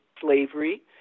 slavery